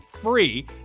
free